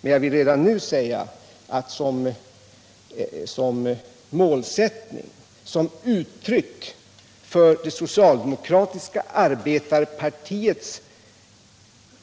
Men jag vill redan nu säga att som uttryck för det socialdemokratiska partiets